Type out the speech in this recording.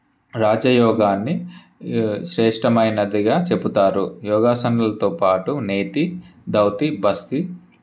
రాజయోగాన్ని శ్రేష్టమైనదిగా చెపుతారు యోగశనంతో పాటు నేతి ధౌతి బస్తీ